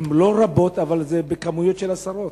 הן לא רבות, אבל מדובר בעשרות.